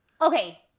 Okay